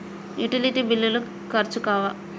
Utility బిల్లులు ఖర్చు కావా?